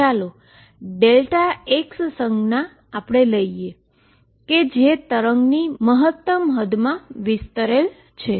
તો ચાલો x સંજ્ઞા લઈએ જે વેવની મહતમ હદમાં ફેલાયેલ છે